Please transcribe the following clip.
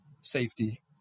safety